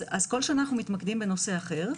אז כל שנה אנחנו מתמקדים בנושא אחר,